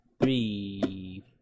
three